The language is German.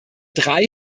drei